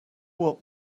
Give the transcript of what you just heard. what